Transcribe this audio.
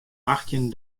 achttjin